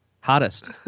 Hottest